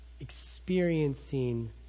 experiencing